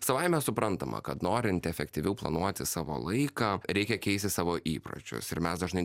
savaime suprantama kad norint efektyviau planuoti savo laiką reikia keisti savo įpročius ir mes dažnai